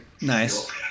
nice